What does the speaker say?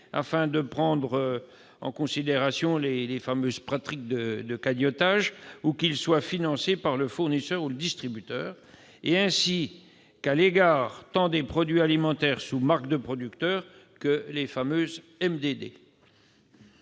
afin de prendre en considération les fameuses pratiques de « cagnottage » -ou qu'ils soient financés par le fournisseur ou le distributeur. D'autre part, il s'applique tant aux produits alimentaires sous marques de producteurs qu'aux fameuses MDD.